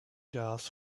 gas